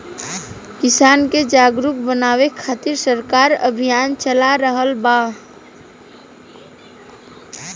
किसान के जागरुक बानवे खातिर सरकार अभियान चला रहल बा